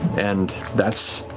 and that's